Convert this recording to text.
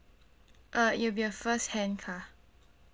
uh it will be a first hand car